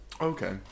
Okay